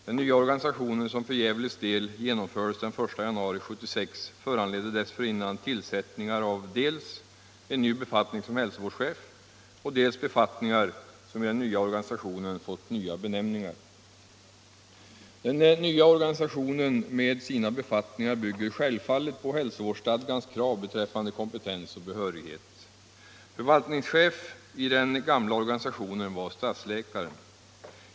Den nya organisationen, som för Gävles del genomfördes den 1 januari 1976, föranledde dessförinnan tillsättningar av dels en ny befattning som hälsovårdschef och dels befattningar som i den nya organisationen fått nya benämningar. Den nya organisationen med sina befattningar bygger självfallet på hälsovårdsstadgans krav beträffande kompetens och behörighet. Förvaltningschef i den gamla organisationen var stadsläkaren.